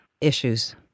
issues